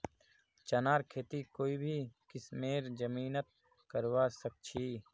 चनार खेती कोई भी किस्मेर जमीनत करवा सखछी